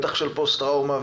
בטח של פוסט טראומה,